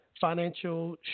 financial